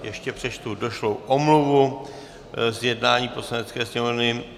Ještě přečtu došlou omluvu z jednání Poslanecké sněmovny.